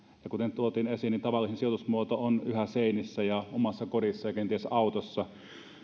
kuten tuotiin esiin niin tavallisin sijoitusmuoto on yhä seinissä ja omassa kodissa ja kenties autossa